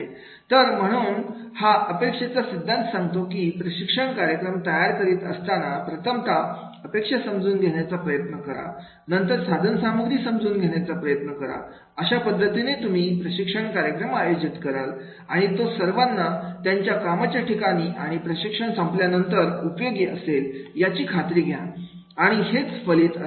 तर म्हणून म्हणून हा अपेक्षित चा सिद्धांत सांगतो की प्रशिक्षण कार्यक्रम तयार करीत असताना प्रथमतः अपेक्षा समजून घेण्याचा प्रयत्न करा नंतर साधनसामग्री समजून घेण्याचा प्रयत्न करा अशा पद्धतीने तुम्ही प्रशिक्षण कार्यक्रम आयोजित कराल आणि तो सर्वांना त्यांच्या कामाच्या ठिकाणी आणि प्रशिक्षण संपल्यानंतर उपयोगी असेल याची खात्री घ्या आणि आणि हेच फलित असेल